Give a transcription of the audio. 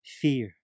Fear